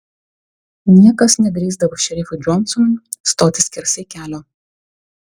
niekas nedrįsdavo šerifui džonsonui stoti skersai kelio